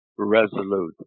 Resolute